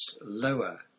lower